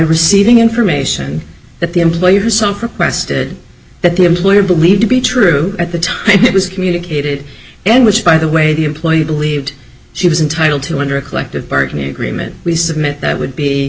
information that the employer suffered quested that the employer believed to be true at the time it was communicated and which by the way the employee believed she was entitled to under a collective bargaining agreement we submit that would be